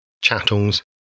chattels